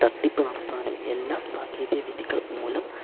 തട്ടിപ്പ് നടത്താനും എല്ലാം സാങ്കേതിക വിദ്യകൾ മൂലം